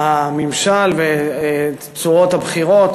הממשל וצורת הבחירות.